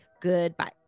goodbye